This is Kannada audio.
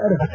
ಅರ್ಹತೆ